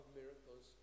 miracles